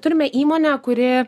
turime įmonę kuri